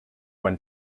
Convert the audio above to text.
when